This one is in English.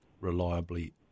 reliably